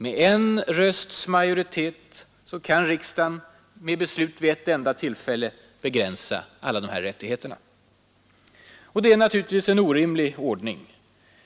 Med en rösts majoritet kan riksdagen med beslut vid ett enda tillfälle begränsa alla dessa rättigheter. Det är naturligtvis en orimlig ordning.